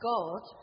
God